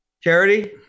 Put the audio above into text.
Charity